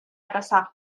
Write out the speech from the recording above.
caçar